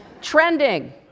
Trending